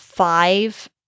Five